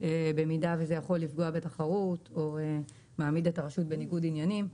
במידה וזה יכול לפגוע בתחרות או מעמיד את הרשות בניגוד עניינים.